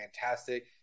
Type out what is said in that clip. fantastic